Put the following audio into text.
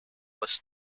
was